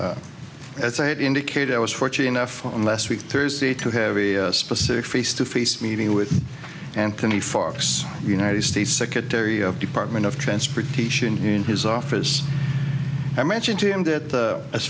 chairman as i indicated i was fortunate enough on last week thursday to have a specific face to face meeting with anthony fox united states secretary of department of transportation in his office i mentioned to him that